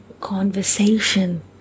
conversation